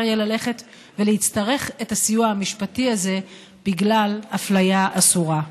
יהיה ללכת ולהצטרך את הסיוע המשפטי הזה בגלל אפליה אסורה.